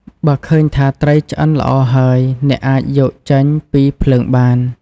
បើឃើញថាត្រីឆ្អិនល្អហើយ អ្នកអាចយកចេញពីភ្លើងបាន។